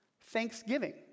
thanksgiving